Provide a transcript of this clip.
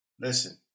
Listen